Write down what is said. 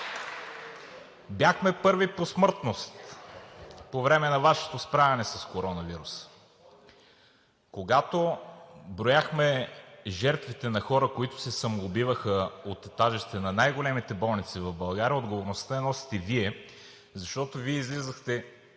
Бяхме първи по смъртност по време на Вашето справяне с коронавируса. Когато брояхме жертвите на хора, които се самоубиваха от етажите на най-големите болници в България, отговорността я носите Вие, защото Вие излизахте